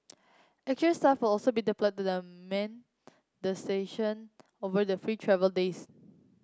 extra staff also be deployed to the man the station over the free travel days